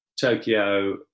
tokyo